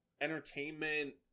entertainment